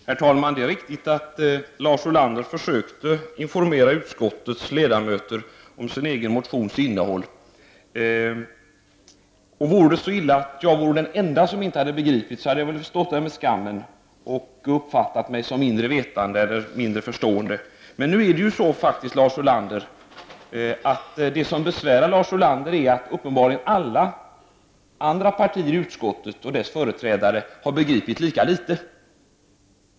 Herr talman! Det är riktigt att Lars Ulander försökte informera utskottets ledamöter om sin egen motions innehåll. Vore det så illa att jag var den ende som inte hade begripit hade jag väl stått där med skammen och uppfattat mig som mindre vetande eller mindre förstående. Men det som besvärar Lars Ulander är att alla andra partiers företrädare i utskottet uppenbarligen har begripit lika litet.